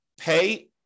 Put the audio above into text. pay